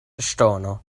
ŝtono